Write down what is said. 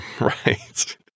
Right